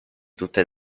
tutte